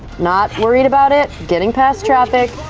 not worried about it, getting past traffic,